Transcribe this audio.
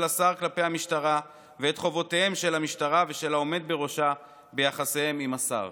השר כלפי המשטרה ואת חובות המשטרה והעומד בראש ביחסיהם עם השר.